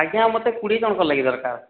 ଆଜ୍ଞା ମତେ କୋଡ଼ିଏ ଜଣଙ୍କର ଲାଗି ଦରକାର